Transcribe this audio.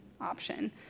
option